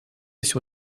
sur